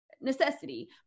necessity